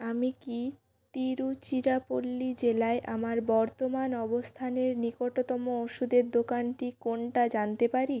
আমি কি তিরুচিরাপল্লি জেলায় আমার বর্তমান অবস্থানের নিকটতম ওষুধের দোকানটি কোনটা জানতে পারি